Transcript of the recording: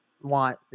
want